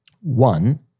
one